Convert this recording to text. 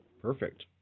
perfect